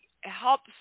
helps